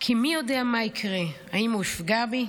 כי מי יודע מה יקרה, האם הוא יפגע בי?